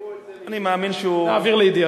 יעבירו את זה, נעביר לידיעתו.